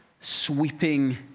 sweeping